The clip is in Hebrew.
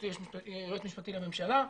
יש יועץ משפטי לממשלה.